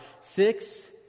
six